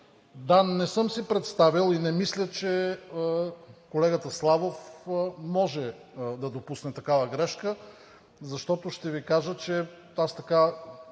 да, не съм си представял и не мисля, че колегата Славов може да допусне такава грешка, защото ще Ви кажа, че още